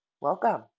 welcome